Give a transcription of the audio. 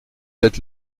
être